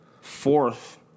fourth